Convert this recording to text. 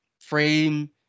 frame